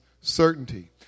certainty